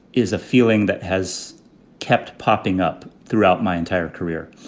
is a feeling that has kept popping up throughout my entire career,